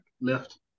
left